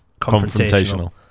Confrontational